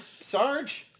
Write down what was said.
Sarge